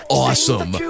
awesome